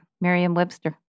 Merriam-Webster